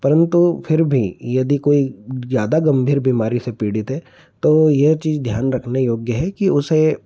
परन्तु फिर भी यदि कोई ज्यादा गंभीर बीमारी से पीड़ित है तो यह चीज ध्यान रखने योग्य है कि उसे